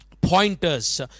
pointers